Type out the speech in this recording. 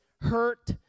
hurt